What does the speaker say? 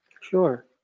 sure